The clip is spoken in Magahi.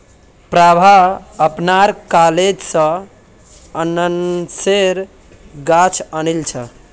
प्रभा अपनार कॉलेज स अनन्नासेर गाछ आनिल छ